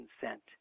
consent